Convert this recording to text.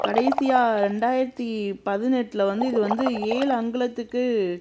கடைசியாக ரெண்டாயிரத்து பதினெட்டில் வந்து இது வந்து ஏழு அங்குலத்துக்கு